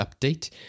update